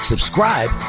Subscribe